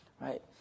right